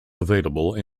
available